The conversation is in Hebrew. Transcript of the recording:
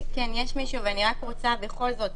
כן, יש מישהו, ואני רוצה בכל זאת.